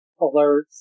alerts